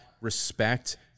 respect